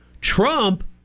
Trump